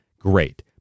Great